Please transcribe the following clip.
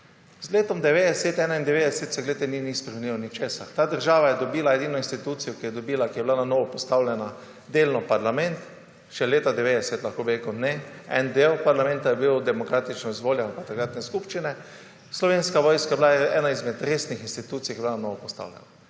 letom 1991 se ni spremenilo nič. Ta država je edino institucijo, ki jo je dobila, ki je bila na novo postavljena, je bil delno parlament, še leta 1990, bi lahko rekel, en del parlamenta, ki je bil demokratično izvoljen od takratne skupščine, Slovenska vojska je bila ena izmed resnih institucij, ki je bila na novo postavljena.